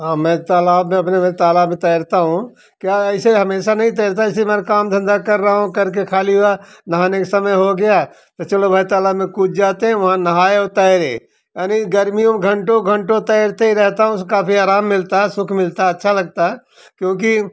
हाँ मैं तालाब में अपने में तालाब में तैरता हूँ क्या ऐसे हमेशा नहीं तैरता जैसे मैं काम धंधा कर रहा हूँ करके खाली हुआ नहाने के समय हो गया तो चलो भाई तालाब में कूद जाते वहाँ नहा लिये और तैर के अरे गर्मियों घंटो घंटो तैरते रहता हूँ उसका भी आराम मिलता है सुख मिलता अच्छा लगता है क्योंकि